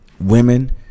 women